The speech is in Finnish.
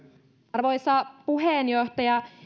arvoisa puheenjohtaja